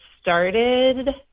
started